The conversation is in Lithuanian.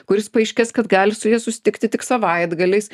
kuris paaiškės kad gali su ja susitikti tik savaitgaliais